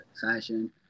fashion